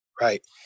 Right